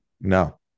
No